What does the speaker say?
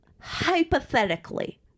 hypothetically